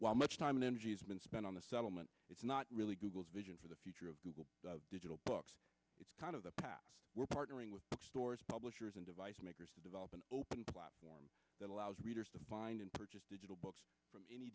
while much time and energy has been spent on the settlement it's not really google's vision for the future of digital books it's part of the path we're partnering with bookstores publishers and device makers to develop an open platform that allows readers to find and purchase digital books from